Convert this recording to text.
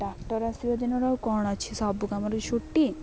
tractor ଆସିବା ଦିନରୁ ଆଉ କ'ଣ ଅଛି ସବୁ କାମରେ ଛୁଟି